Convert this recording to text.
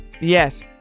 Yes